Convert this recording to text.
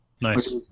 Nice